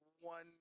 one